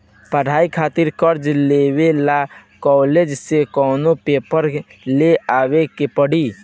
पढ़ाई खातिर कर्जा लेवे ला कॉलेज से कौन पेपर ले आवे के पड़ी?